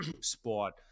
sport